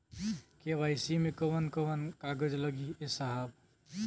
KYC मे कवन कवन कागज लगी ए साहब?